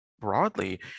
broadly